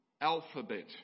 alphabet